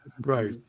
Right